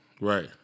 Right